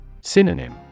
Synonym